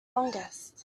longest